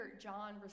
John